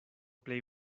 plej